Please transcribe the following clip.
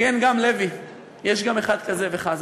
כן, גם לוי, יש גם אחד כזה, וחזן.